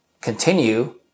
continue